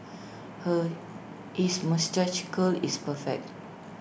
her his moustache curl is perfect